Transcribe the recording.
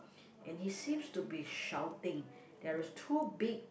and he seems to be shouting there is two big